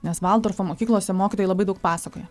nes valdorfo mokyklose mokytojai labai daug pasakoja